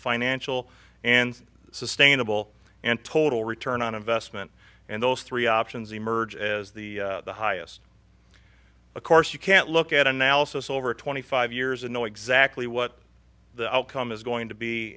financial and sustainable and total return on investment and those three options emerge as the highest of course you can't look at analysis over twenty five years and know exactly what the outcome is going to be